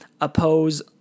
oppose